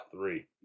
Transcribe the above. three